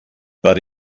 but